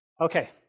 Okay